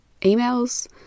emails